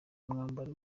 mwambaro